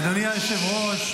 אדוני היושב-ראש,